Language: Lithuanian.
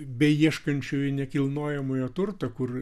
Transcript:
beieškančiųjų nekilnojamojo turto kur